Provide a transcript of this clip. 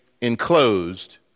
enclosed